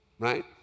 right